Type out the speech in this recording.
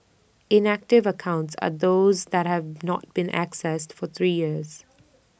inactive accounts are those that have not been accessed for three years